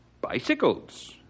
Bicycles